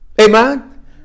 Amen